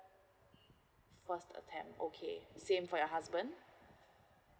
first attempt okay same for your husband